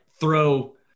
throw